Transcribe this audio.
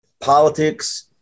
politics